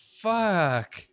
fuck